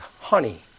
honey